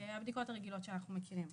הבדיקות הרגילות שאנחנו מכירים.